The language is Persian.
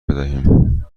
بدهیم